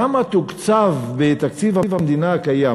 כמה תוקצב בתקציב המדינה הקיים,